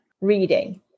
reading